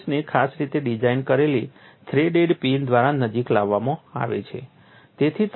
crack ફેસને ખાસ રીતે ડિઝાઇન કરેલી થ્રેડેડ પિન દ્વારા નજીક લાવવામાં આવે છે